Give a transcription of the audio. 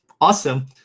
awesome